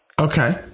Okay